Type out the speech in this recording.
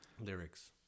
lyrics